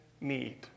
need